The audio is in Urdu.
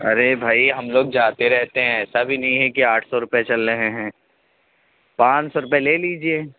ارے بھائی ہم لوگ جاتے رہتے ہیں ایسا بھی نہیں ہے کہ آٹھ سو روپے چل رہے ہیں پانچ سو روپے لے لیجیے